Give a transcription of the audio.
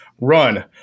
run